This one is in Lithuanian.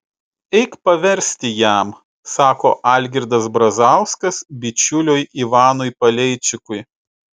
eik paversti jam sako algirdas brazauskas bičiuliui ivanui paleičikui